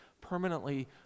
permanently